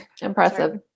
impressive